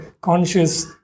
conscious